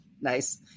nice